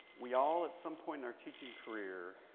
we all, at some point in our teaching career,